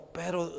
pero